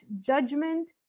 judgment